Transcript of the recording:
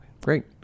Great